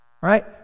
right